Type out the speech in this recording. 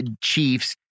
chiefs